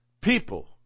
people